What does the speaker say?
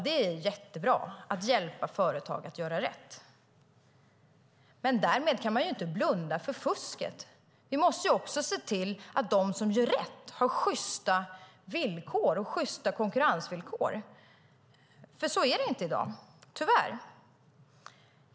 Det är jättebra att hjälpa företag att göra rätt. Men därmed kan man inte blunda för fusket. Vi måste se till att de som gör rätt har sjysta villkor och sjysta konkurrensvillkor. Så är det inte i dag, tyvärr.